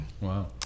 Wow